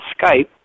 Skype